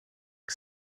que